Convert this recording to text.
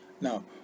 Now